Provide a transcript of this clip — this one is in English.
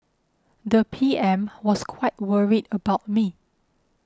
the P M was quite worried about me